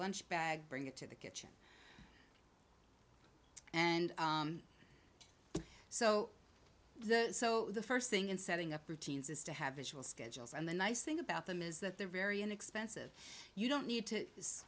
lunch bag bring it to the kitchen and so so the first thing in setting up routines is to have visual schedules and the nice thing about them is that they're very inexpensive you don't need to